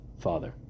father